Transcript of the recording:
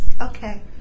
Okay